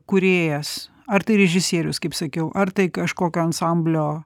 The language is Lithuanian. kūrėjas ar tai režisierius kaip sakiau ar tai kažkokio ansamblio